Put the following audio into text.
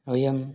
वयम्